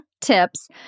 tips